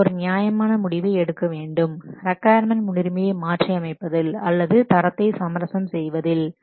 நீங்கள் ஒரு நியாயமான முடிவை எடுக்க வேண்டும் ரிக்கொயர்மென்ட் முன்னுரிமையை மாற்றி அமைப்பதில் அல்லது தரத்தை சமரசம் செய்வதில்